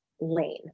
lane